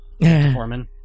Foreman